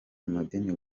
amadini